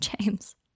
James